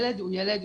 ילד הוא ילד,